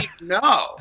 No